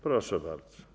Proszę bardzo.